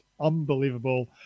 unbelievable